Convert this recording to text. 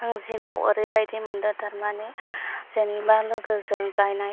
आं जिउआव ओरैबादि मोनदो थारमाने जेनोबा लोगोजों गायनाय